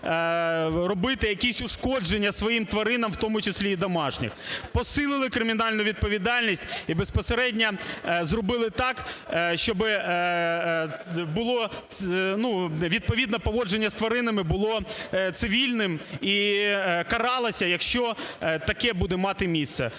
робити якісь ушкодження своїм тваринам, в тому числі в домашніх. Посилили кримінальну відповідальність і безпосередньо зробили так, щоб відповідно поводження з тваринами було цивільним і каралося, якщо таке буде мати місце.